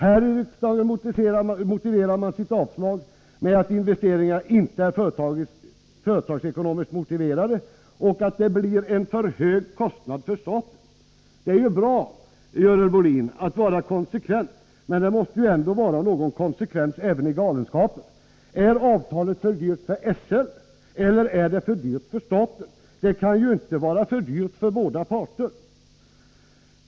Här i riksdagen motiverar man sitt avslag med att investeringarna inte är företagsekonomiskt motiverade och att det blir en för hög kostnad för staten. Det är bra, Görel Bohlin, att vara konsekvent, men det måste ju vara någon konsekvens även i galenskaper. Är avtalet för dyrt för SL, eller är det för dyrt för staten? Det kan ju inte vara för dyrt för båda parter.